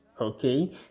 okay